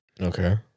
Okay